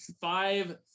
five